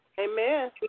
Amen